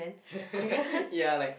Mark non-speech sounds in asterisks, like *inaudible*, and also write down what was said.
*laughs* ya like